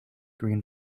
green